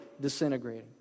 disintegrating